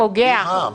זה פוגע.